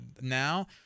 now